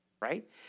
right